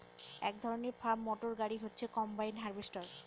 এক ধরনের farm motor গাড়ি হচ্ছে কম্বাইন হার্ভেস্টর